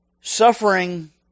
suffering